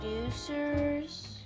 producers